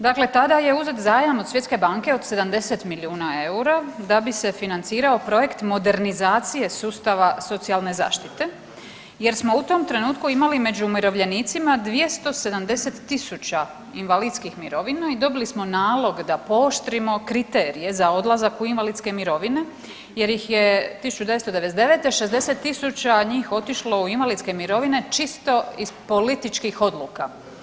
Dakle, tada je uzet zajam od Svjetske banke od 70 milijuna eura da bi se financirao projekt modernizacije sustava socijalne zaštite jer smo u tom trenutku imali među umirovljenicima 270 000 invalidskih mirovina i dobili smo nalog da pooštrimo kriterije za odlazak u invalidske mirovine jer ih je 1999. 60 000 njih otišlo u invalidske mirovine čisto iz političkih odluka.